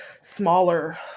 smaller